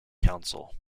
council